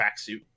tracksuit